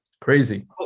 crazy